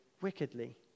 wickedly